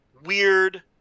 Weird